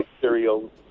cereal